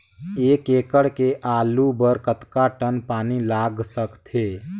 एक एकड़ के आलू बर कतका टन पानी लाग सकथे?